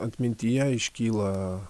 atmintyje iškyla